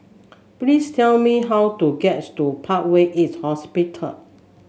please tell me how to get to Parkway East Hospital